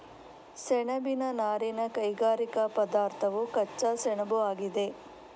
ಸೆಣಬಿನ ನಾರಿನ ಕೈಗಾರಿಕಾ ಪದಾರ್ಥವು ಕಚ್ಚಾ ಸೆಣಬುಆಗಿದೆ